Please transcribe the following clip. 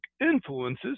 influences